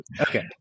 Okay